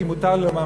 ואם מותר לי לומר,